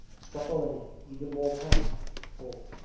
struck olenin even more powerfully than before.